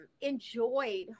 enjoyed